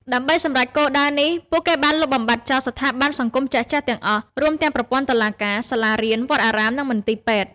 ដើម្បីសម្រេចគោលដៅនេះ ពួកគេបានលុបបំបាត់ចោលស្ថាប័នសង្គមចាស់ៗទាំងអស់ រួមទាំងប្រព័ន្ធតុលាការ សាលារៀន វត្តអារាម និងមន្ទីរពេទ្យ។